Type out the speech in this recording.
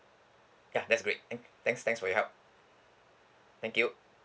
ya that's great thanks thanks thanks for your help thank you